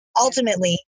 ultimately